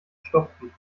stopfen